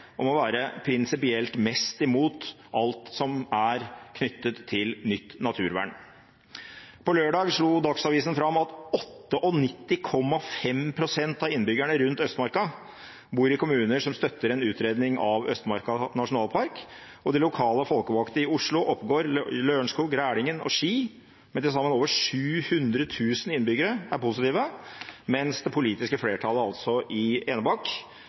om å være prinsipielt mest imot alt som er knyttet til nytt naturvern. På lørdag slo Dagsavisen opp at 98,5 pst. av innbyggerne rundt Østmarka bor i kommuner som støtter en utredning av Østmarka nasjonalpark, og de lokale folkevalgte i Oslo, Oppegård, Lørenskog, Rælingen og Ski, med til sammen over 700 000 innbyggere, er positive, mens det politiske flertallet i Enebakk,